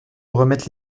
remettre